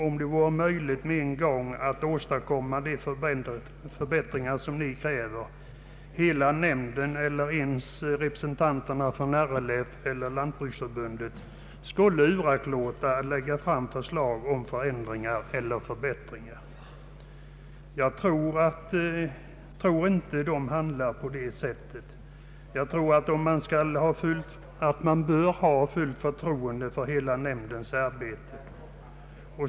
Om det vore möjligt att med en gång åstadkomma de förbättringar ni kräver, skulle säkert hela nämnden eller i varje fall representanterna för RLF och Lantbruksförbundet knappast uraktlåta att framlägga förslag om förändringar eller förbättringar. Jag anser, att vi bör ha fullt förtroende för hela nämndens arbete.